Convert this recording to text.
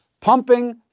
pumping